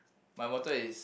my motto is